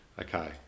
Okay